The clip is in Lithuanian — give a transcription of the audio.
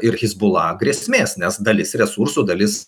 ir hezbollah grėsmės nes dalis resursų dalis